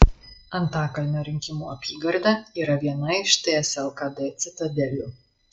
antakalnio rinkimų apygarda yra viena iš ts lkd citadelių